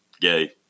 gay